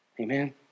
Amen